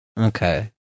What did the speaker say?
Okay